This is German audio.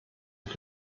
mit